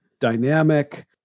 dynamic